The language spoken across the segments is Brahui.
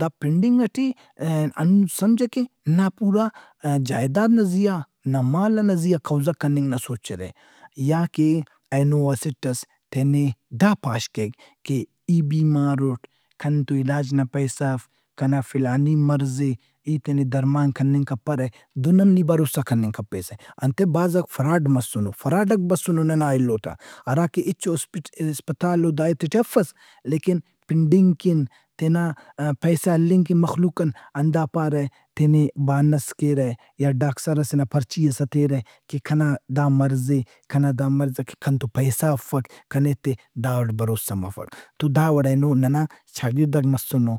دا پنڈنگ ئٹے ہنُّن سمجھہ کہ نا پورا جائیداد نا زیا، نا مال ئنا زیا قوضہ کننگ نا سوچِرہ۔ یا کہ اینو اسٹ ئس دا پاش کیک کہ ای بیمار اُٹ کن تو علاج نا پیسہ اف۔ کنے فلانی مرض اے۔ ای تینے درمان کننگ کپرہ۔ دہن ہم نی بھروسہ کننگ کپیسہ۔ انتئے بھازاک فراڈ مسنو۔ فراڈاک بسنوننا ایلوتا۔ ہراکہ ہچو ہاسپٹہ- ہسپتال و دائے تے ٹے افس لیکن پنڈنگ کن تینا پیسہ ہلنگ کن مخلوق ان ہندا پارہ تینے، بہانس کیرہ یا ڈاکسر ئسے نا پرچی ئس ہتیرہ۔ کہ کنا دا مرض اے۔ کنا دا مرض ئکہ کن تو پیسہ افک۔ کنے ایتے، داوڑ بھروسہ مفک۔ تو داوڑ اینو ننا چاگِڑداک مسنو۔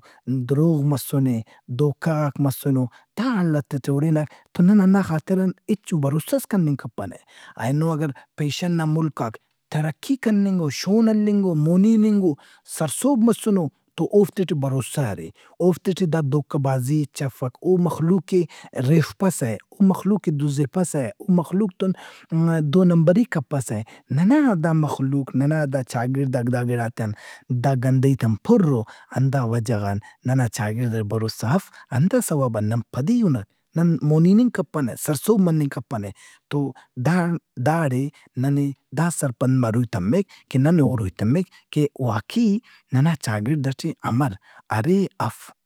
دروغ مسنے، دھوکہ غاک مسنو۔ دا حالتات ئے ہُرنہ تو نن ہنْا خاطران ہچو بھروسس کننگ کپنہ۔ اینو اگر پیشن نا ملکاک ترقی کننگو، شون ہلنگو، مونی ہِننگ او، سرسہب مسنو تو اوفتے ٹے بھروسہ ارے۔ اوفتے ٹے دادھوکہ بازی ہچ افک۔ او مخلوق ئے ریفپسہ۔ او مخلوق ئے دزپسہ، او مخلوق تُن دونمبری کپسہ۔ ننا دا مخلوق ننا چاگڑداک دا گڑاتے ان، دا گندئیتے ان پُر او۔ ہندا وجہ غان ننا چاگڑد اٹ بھروسہ اف۔ ہنداسوب ان نن پدی اُنک، نن مونی ہننگ کپنہ، سرسہب مننگ کپنہ۔ تودان- داڑے ننے دا سرپند مروئی تمک کہ ننے ہُروئی تمک کہ واقعی ننا چاگڑد ئٹے امر ارے اف۔